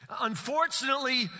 Unfortunately